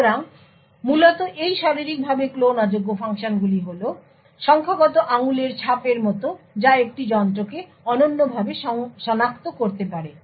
সুতরাং মূলত এই শারীরিকভাবে ক্লোন অযোগ্য ফাংশনগুলি হল সংখ্যাগত আঙুলের ছাপের মত যা একটি যন্ত্রকে অনন্যভাবে সনাক্ত করতে পারে